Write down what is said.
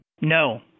No